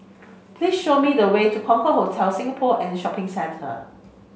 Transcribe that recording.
please show me the way to Concorde Hotel Singapore and Shopping Centre